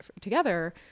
together